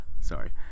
Sorry